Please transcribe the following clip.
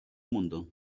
mundo